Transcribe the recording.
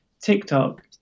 TikTok